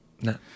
No